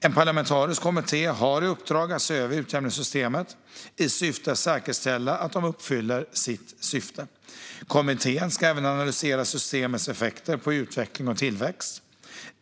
En parlamentarisk kommitté har i uppdrag att se över utjämningssystemet i syfte att säkerställa att det uppfyller sitt syfte. Kommittén ska även analysera systemets effekter på utveckling och tillväxt.